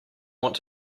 want